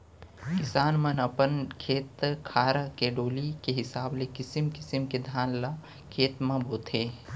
किसान मन अपन खेत खार के डोली के हिसाब ले किसिम किसिम के धान ल खेत म बोथें